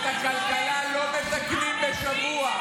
תדעו, מצביעים שלהם באים לרחובות.